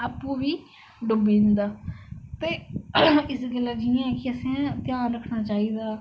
आपू बी डुब्बी जंदा ते इस गल्ला जियां कि असें घ्यान रखना चाहिदा